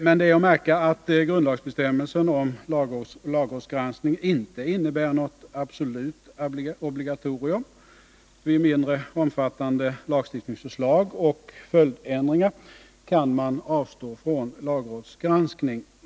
Men det är att märka att grundlagsbestämmelsen om lagrådsgranskning inte innebär ett absolut obligatorium. När det gäller mindre omfattande lagstiftningsförslag och följdändringar kan man avstå från lagrådsgranskning.